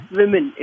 women